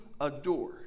adore